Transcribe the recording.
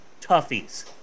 toughies